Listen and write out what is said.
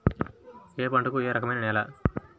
ఏ పంటకు ఏ రకమైన నేల?